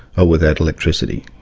or without electricity?